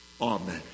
Amen